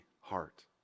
heart